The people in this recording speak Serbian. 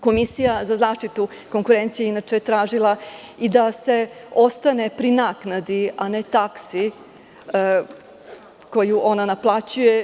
Komisija za zaštitu konkurencije inače je tražila i da se ostane pri naknadi, a ne taksi koju ona naplaćuje.